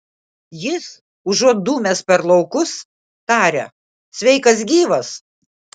jis užuot dūmęs per laukus taria sveikas gyvas